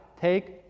Take